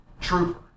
trooper